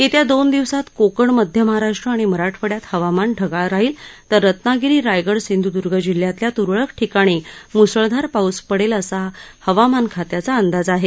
येत्या दोन दिवसात कोकण मध्य महाराष्ट् आणि मराठवाङ्यात हवामान ढगाळ राहील तर रत्नागिरी रायगड सिंधूदुर्ग जिल्ह्यातल्या तुरळक ठिकाणी मुसळधार पाऊस पडेल असा हवामान खात्याचा अंदाज आहे